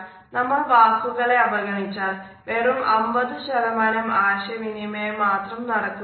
നമ്മൾ വാക്കുകളെ അവഗണിച്ചാൽ വെറും 50 ആശയവിനിമയം മാത്രം നടക്കുന്നുള്ളൂ